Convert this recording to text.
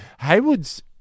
Haywood's